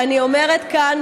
ואני אומרת כאן,